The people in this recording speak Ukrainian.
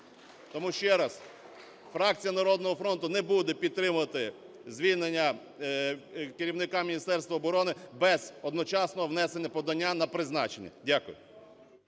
Тому, ще раз, фракція "Народного фронту" не буде підтримувати звільнення керівника Міністерства оборони без одночасного внесення подання на призначення. Дякую.